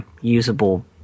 usable